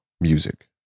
music